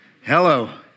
Hello